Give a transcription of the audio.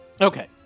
Okay